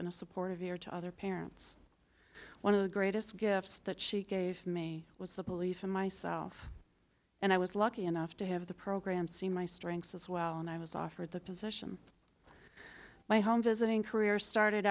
a supportive ear to other parents one of the greatest gifts that she gave me was the belief in myself and i was lucky enough to have the program see my strengths as well and i was offered the position my home visiting career started